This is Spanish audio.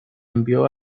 envió